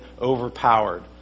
overpowered